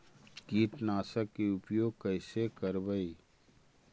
कीटनाशक के उपयोग कैसे करबइ?